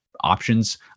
options